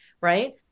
Right